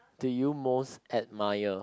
do you most admire